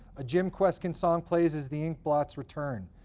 a jim kweskin song plays as the inkblots return.